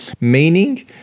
meaning